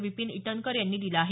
विपीन इटनकर यांनी दिला आहे